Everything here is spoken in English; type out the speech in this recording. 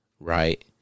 right